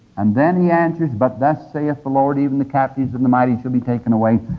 um then he answers, but thus saith the lord even the captives of the mighty shall be taken away,